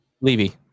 Levy